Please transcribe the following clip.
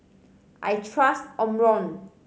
I trust Omron